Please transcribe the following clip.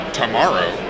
tomorrow